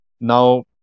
Now